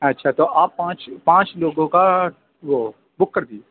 اچھا تو آپ پانچ پانچ لوگوں کا وہ بک کر دیے